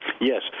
Yes